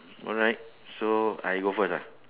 alright so I go first ah